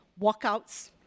walkouts